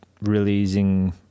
releasing